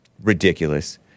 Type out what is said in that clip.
Ridiculous